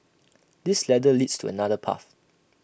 this ladder leads to another path